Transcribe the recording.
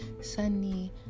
Sunny